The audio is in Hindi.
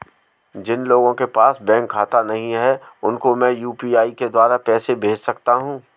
जिन लोगों के पास बैंक खाता नहीं है उसको मैं यू.पी.आई के द्वारा पैसे भेज सकता हूं?